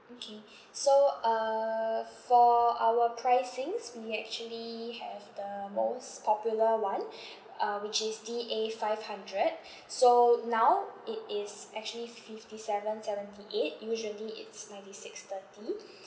okay so uh for our pricings we actually have the most popular one uh which is D A five hundred so now it is actually fifty seven seventy eight usually it's ninety six thirty